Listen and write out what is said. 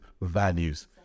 values